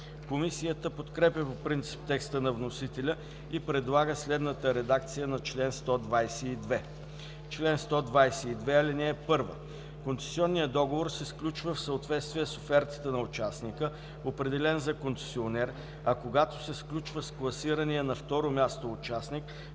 Комисията подкрепя по принцип текста на вносителя и предлага следната редакция на чл. 122: „Чл. 122. (1) Концесионният договор се сключва в съответствие с офертата на участника, определен за концесионер, а когато се сключва с класирания на второ място участник